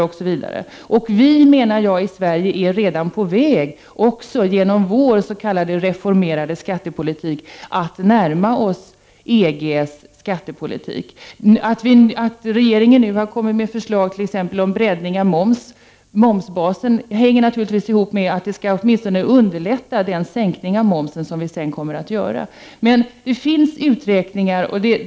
Jag menar att vi i Sverige också är på väg att genom vår s.k. reformerade skattepolitik närma oss EG:s skattepolitik. Att regeringen nu kommer med förslag om breddning av momsbasen, exempelvis, hänger naturligtvis ihop med att det åtminstone skall underlätta den sänkning av momsen som sedan kommer att ske.